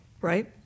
right